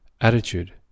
Attitude